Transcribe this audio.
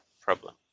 problem